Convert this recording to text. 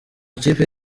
ikipe